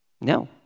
No